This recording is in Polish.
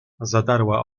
zadarła